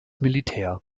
militär